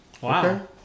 Wow